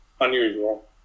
unusual